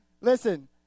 Listen